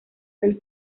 del